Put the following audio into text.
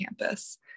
campus